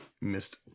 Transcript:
missed